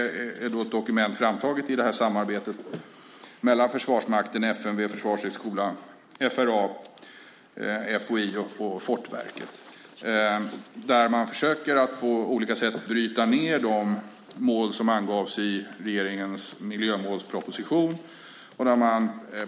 Det är ett dokument som är framtaget i samarbetet mellan Försvarsmakten, FMV, Försvarshögskolan, FRA, FOI och Fortifikationsverket. Man försöker där att på olika sätt bryta ned de mål som angavs i regeringens miljömålsproposition.